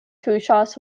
tuŝas